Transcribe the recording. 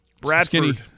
bradford